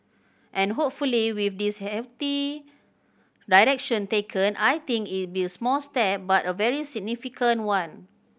and hopefully with this healthy direction taken I think it'll be a small step but a very significant one